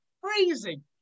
freezing